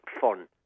fun